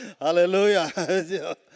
Hallelujah